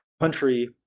country